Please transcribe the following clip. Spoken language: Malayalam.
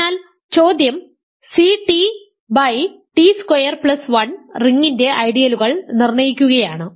അതിനാൽ ചോദ്യം Ct t സ്ക്വയർ പ്ലസ് 1 റിംഗിന്റെ ഐഡിയലുകൾ നിർണയിക്കുകയാണ്